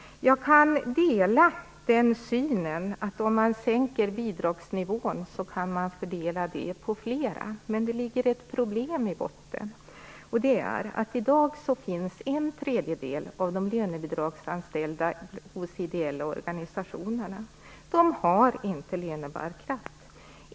Jag kan dela synen att man kan fördela bidragen på flera om man sänker bidragsnivån. Men det ligger ett problem i botten, och det är att en tredjedel av de lönebidragsanställda i dag finns hos ideella organisationer. De har inte lönebärkraft.